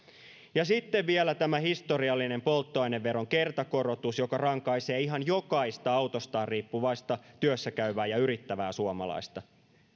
ja sitten vielä tämä historiallinen polttoaineveron kertakorotus joka rankaisee ihan jokaista autostaan riippuvaista työssäkäyvää ja yrittävää suomalaista